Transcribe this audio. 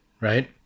right